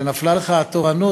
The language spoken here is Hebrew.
שנפלה עליך התורנות.